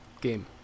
game